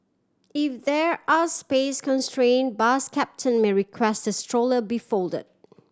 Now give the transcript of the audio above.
if there are space constraint bus captain may requests that stroller be folded